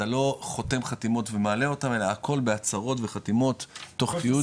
אתה לא חותם חתימות ומעלה אותן אלא הכל בהצהרות וחתימות תוך תיעוד.